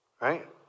Right